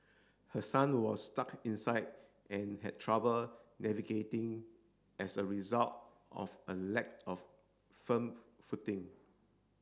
her son was stuck inside and had trouble navigating as a result of a lack of firm footing